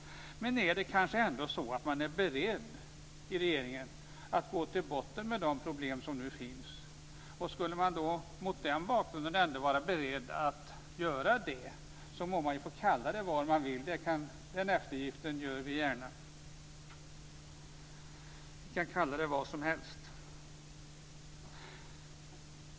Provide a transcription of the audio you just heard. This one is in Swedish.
Men det är kanske ändå så att man är beredd i regeringen att gå till botten med de problem som nu finns. Skulle man mot den bakgrunden ändå vara beredd att göra det må man kalla det för vad man vill. Den eftergiften gör vi gärna. Vi kan kalla det vad som helst.